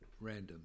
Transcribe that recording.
random